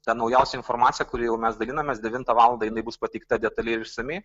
ta naujausia informacija kuri jau mes dalinamas devintą valandą jinai bus pateikta detali ir išsamiai